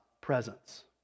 presence